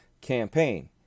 campaign